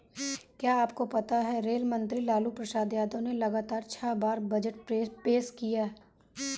क्या आपको पता है रेल मंत्री लालू प्रसाद यादव ने लगातार छह बार बजट पेश किया?